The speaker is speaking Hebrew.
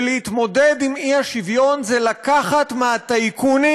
ולהתמודד עם האי-שוויון זה לקחת מהטייקונים